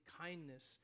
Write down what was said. kindness